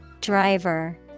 Driver